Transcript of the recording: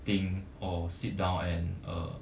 think or sit down and uh